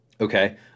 Okay